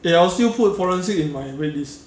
eh I will still put forensic in my wait list